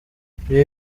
ibi